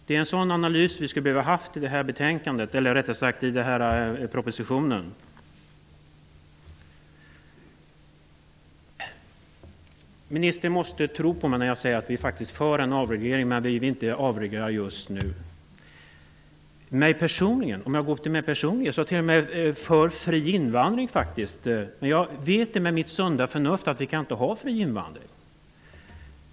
Det är en sådan analys vi skulle behövt i propositionen. Ministern måste tro på mig när jag säger att vi faktiskt är för en avreglering, men att vi inte vill avreglera just nu. Jag är personligen t.o.m. för fri invandring. Men jag vet med mitt sunda förnuft att vi inte kan ha fri invandring.